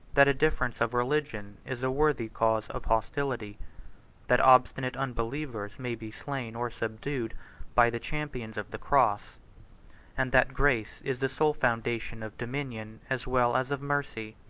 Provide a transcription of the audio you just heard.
that a difference of religion is a worthy cause of hostility that obstinate unbelievers may be slain or subdued by the champions of the cross and that grace is the sole fountain of dominion as well as of mercy.